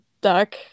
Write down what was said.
Duck